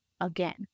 Again